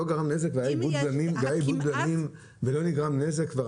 אם היה איבוד בלמים ולא נגרם נזק?